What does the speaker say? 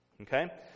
Okay